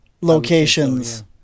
locations